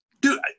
Dude